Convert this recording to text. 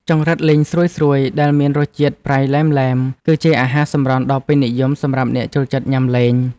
ចង្រិតលីងស្រួយៗដែលមានរសជាតិប្រៃឡែមៗគឺជាអាហារសម្រន់ដ៏ពេញនិយមសម្រាប់អ្នកចូលចិត្តញ៉ាំលេង។